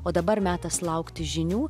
o dabar metas laukti žinių